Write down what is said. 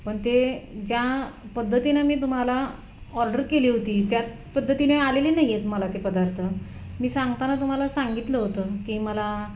पण ते ज्या पद्धतीनं मी तुम्हाला ऑर्डर केली होती त्यात पद्धतीने आलेली नाही आहेत मला ते पदार्थ मी सांगताना तुम्हाला सांगितलं होतं की मला